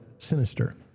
Sinister